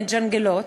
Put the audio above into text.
מג'נגלות,